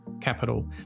capital